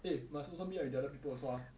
eh must also meet up with the other people also ah